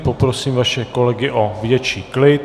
Poprosím vaše kolegy o větší klid.